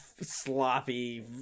sloppy